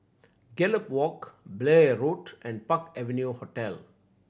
Gallop Walk Blair Road and Park Avenue Hotel